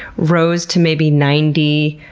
rose to maybe ninety,